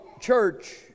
church